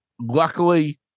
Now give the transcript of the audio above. Luckily